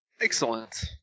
Excellent